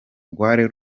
rwari